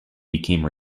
became